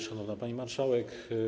Szanowna Pani Marszałek!